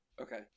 Okay